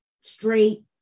straight